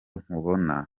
nkubona